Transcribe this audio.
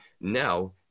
Now